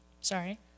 sorry